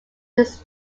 his